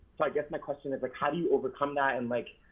like guess my question is like how do you overcome that, and like,